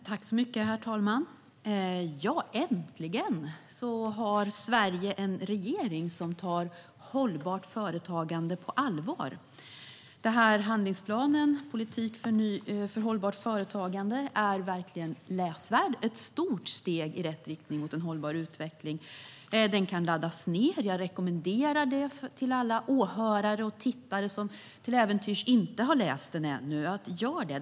Herr talman! Äntligen har Sverige en regering som tar hållbart företagande på allvar. Handlingsplanen, Politik för hållbart företagande, är verkligen läsvärd. Det är ett stort steg i riktning mot en hållbar utveckling. Den kan laddas ned. Det rekommenderar jag till alla åhörare och tittare som till äventyrs inte har läst den än. Läs den!